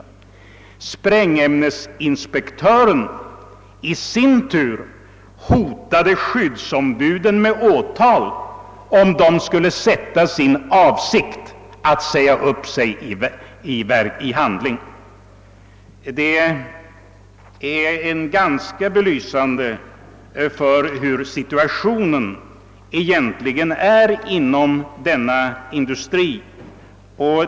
Sprängämnesinspektören hotade i sin tur skyddsombuden med åtal, om de skulle sätta sin avsikt att säga upp sig i verket. Det är ganska belysande för hurdan situationen egentligen är inom denna industri.